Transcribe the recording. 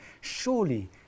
surely